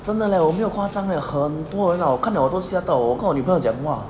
真的 leh 我没有慌张 leh 很多啊我看了我都吓到我跟我女朋友讲 !wah!